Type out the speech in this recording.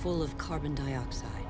full of carbon dioxide